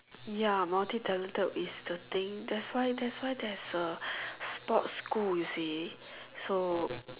ya multi talented is the thing that's why that's why there is a sports school you see so